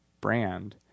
brand